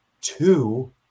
Two